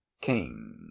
King